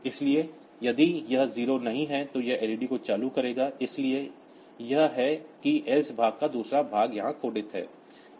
इसलिए यदि यह 0 नहीं है तो यह एलईडी को चालू करेगा इसलिए यह है कि एल्स भाग का दूसरा भाग यहां कोडित है